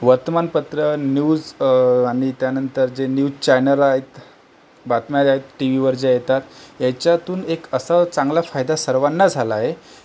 वर्तमानपत्रं न्यूज आणि त्यानंतर जे न्यूज चॅनल आहेत बातम्या आहेत टी व्हीवर ज्या येतात याच्यातून एक असं चांगलाच फायदा सर्वांना झाला आहे